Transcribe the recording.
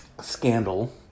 scandal